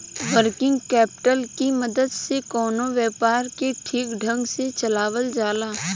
working capital की मदद से कवनो व्यापार के ठीक ढंग से चलावल जाला